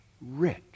rich